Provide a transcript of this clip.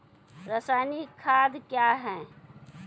रसायनिक खाद कया हैं?